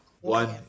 one